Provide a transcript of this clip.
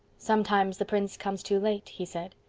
sometimes the prince comes too late, he said.